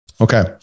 Okay